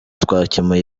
twakemuye